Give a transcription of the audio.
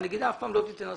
הנגידה אף פעם לא תיתן הסכמה.